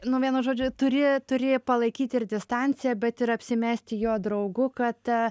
vienu žodžiu turi turi palaikyti ir distanciją bet ir apsimesti jo draugu kad